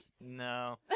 No